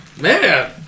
Man